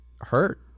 hurt